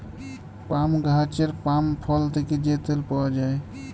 পাম গাহাচের পাম ফল থ্যাকে যে তেল পাউয়া যায়